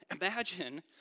Imagine